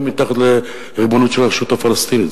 מתחת הריבונות של הרשות הפלסטינית.